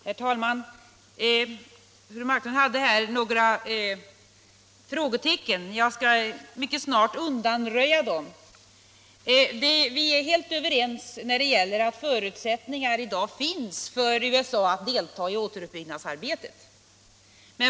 Herr talman! Fru Marklund satte ett frågetecken för en formulering i svaret. Jag kan mycket snabbt undanröja det frågetecknet. Vi är helt överens om att förutsättningar i dag finns för USA att delta i återuppbyggnadsarbetet.